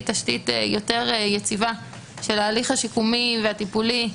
תשתית יותר יציבה של ההליך השיקומי והטיפולי,